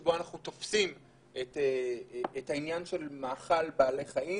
שבו אנחנו תופסים את העניין של מאכל בעלי חיים